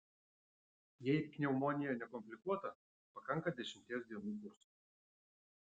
jei pneumonija nekomplikuota pakanka dešimties dienų kurso